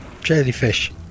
Jellyfish